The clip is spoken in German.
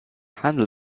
handel